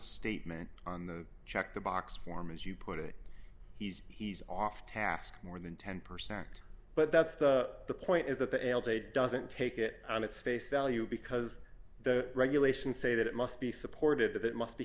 statement on the check the box form as you put it he's he's off task more than ten percent but that's the point is that the l j doesn't take it on its face value because the regulations say that it must be supported that it must be